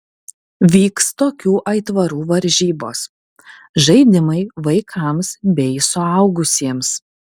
vyks tokių aitvarų varžybos žaidimai vaikams bei suaugusiems